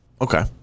Okay